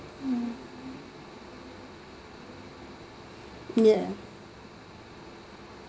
mm ya